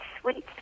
sweet